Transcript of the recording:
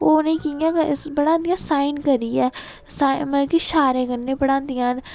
ओह् उ'नेंगी कि'यां पढ़ांदियां साईन करियै मतलब की शारें' कन्नै पढ़ांदियां न